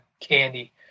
candy